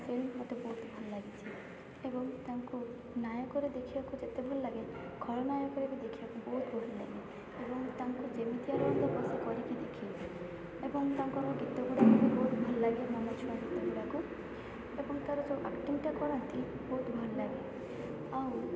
film ମୋତେ ବହୁତ ଭଲ ଲାଗିଛି ଏବଂ ତାଙ୍କୁ ନାୟକରେ ଦେଖିବାକୁ ଯେତେ ଭଲ ଲାଗେ ଖଳନାୟକରେ ବି ଦେଖିବାକୁ ବହୁତ ବହୁତ ଭଲ ଲାଗେ ଏବଂ ତାଙ୍କୁ ଯେମିତି ରୋଲ୍ ଦେବ ସେ କରିକି ଦେଖେଇ ଦେବେ ଏବଂ ତାଙ୍କର ଗୀତଗୁଡ଼ାକ ବହୁତ ଭଲ ଲାଗେ ମନ ଛୁଆଁ ଗୀତଗୁଡ଼ାକ ଏବଂ ତା'ର ଯୋଉ ଆକ୍ଟିଂଟା କରନ୍ତି ବହୁତ ଭଲ ଲାଗେ ଆଉ